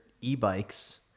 e-bikes